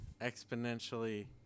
exponentially